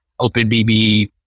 OpenBB